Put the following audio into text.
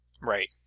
Right